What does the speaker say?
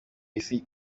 isi